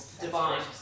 divine